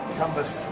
canvas